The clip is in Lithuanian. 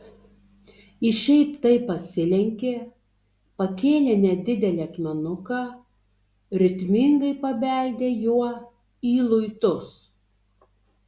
ji šiaip taip pasilenkė pakėlė nedidelį akmenuką ritmingai pabeldė juo į luitus